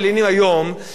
איך אומרים,